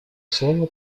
слово